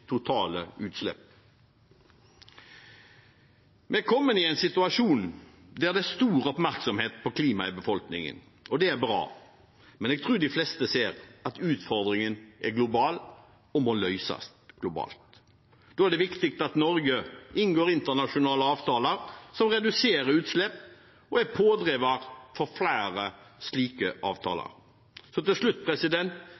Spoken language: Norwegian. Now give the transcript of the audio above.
totale utslipp. Vi er kommet i en situasjon der det er stor oppmerksomhet om klimaet i befolkningen, og det er bra. Men jeg tror at de fleste ser at utfordringen er global og må løses globalt. Da er det viktig at Norge inngår internasjonale avtaler som reduserer utslippene, og er pådriver for flere slike